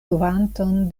kvanton